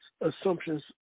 assumptions